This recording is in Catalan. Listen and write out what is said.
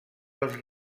dels